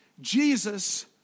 Jesus